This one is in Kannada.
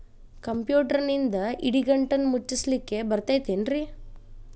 ಕಂಪ್ಯೂಟರ್ನಿಂದ್ ಇಡಿಗಂಟನ್ನ ಮುಚ್ಚಸ್ಲಿಕ್ಕೆ ಬರತೈತೇನ್ರೇ?